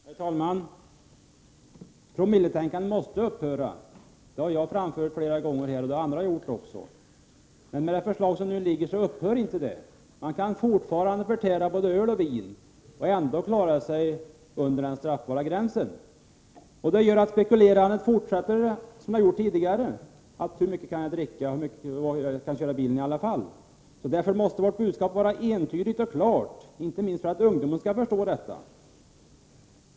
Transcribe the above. Herr talman! Promilletänkandet måste upphöra. Det har jag och även andra flera gånger framfört här. Men med det förslag som nu föreligger upphör inte promilletänkandet. Fortfarande kan man förtära både öl och vin och ändå hamna under den straffbara gränsen. Det gör att man fortsätter att spekulera i hur mycket man kan dricka. Man frågar sig: Hur mycket kan jag dricka för att ändå kunna köra bil? Vårt budskap måste således vara entydigt och klart, inte minst för att ungdomarna skall förstå detta.